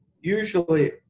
Usually